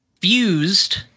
fused